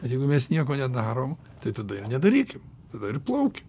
jeigu mes nieko nedarom tai tada ir nedarykim tada ir plaukim